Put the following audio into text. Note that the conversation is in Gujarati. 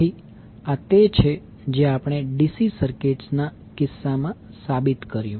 તેથી આ તે છે જે આપણે DC સર્કિટ્સ ના કિસ્સામાં સાબિત કર્યું